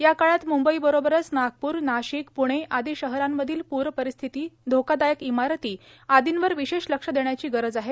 या काळात मुंबई बरोबरच नागपूरए नाशिकए पूणे आदी शहरांमधील पूर परिस्थितीए धोकादायक इमारती आदींवर विशेष लक्ष देण्याची गरज आहे